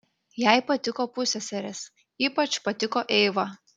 jai patiko pusseserės ypač patiko eiva